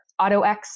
AutoX